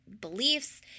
beliefs